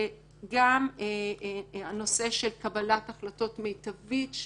וגם הנושא של קבלת החלטות מיטבית,